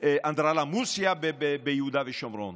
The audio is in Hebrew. אנדרלמוסיה ביהודה ושומרון.